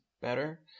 better